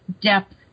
depth